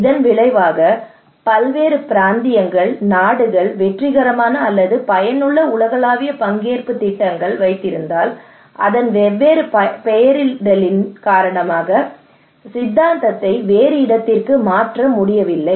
இதன் விளைவாக பல்வேறு பிராந்தியங்கள் நாடுகள் வெற்றிகரமான அல்லது பயனுள்ள உலகளாவிய பங்கேற்பு திட்டங்கள் அதன் வெவ்வேறு பெயரிடலின் காரணமாக சித்தாந்தத்தை வேறு இடத்திற்கு மாற்ற முடியவில்லை